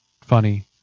funny